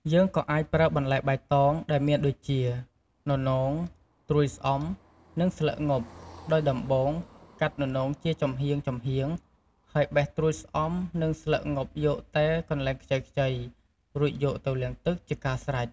យើងក៏អាចប្រើបន្លែបៃតងដែលមានដូចជា ននោង ត្រួយស្អំ និងស្លឹកងប់ ដោយដំបូងកាត់ននោងជាចំហៀងៗ ហើយបេះត្រួយស្អំ និងស្លឹកងប់យកតែកន្លែងខ្ចីៗ រួចយកទៅលាងទឹកជាការស្រេច។